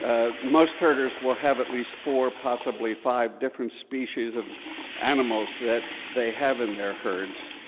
ah most herders will have at least four, possibly five different species of animals that they have in their herds.